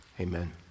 amen